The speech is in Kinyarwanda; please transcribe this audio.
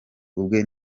ubwe